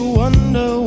wonder